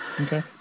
Okay